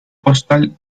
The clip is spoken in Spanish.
postal